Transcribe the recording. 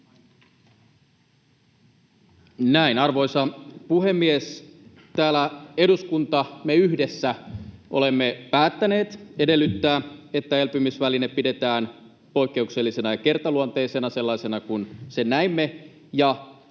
Arvoisa puhemies! Täällä eduskunnassa me yhdessä olemme päättäneet edellyttää, että elpymisväline pidetään poikkeuksellisena ja kertaluonteisena, sellaisena kuin sen näimme,